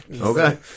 Okay